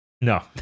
No